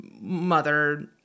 mother